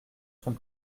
sont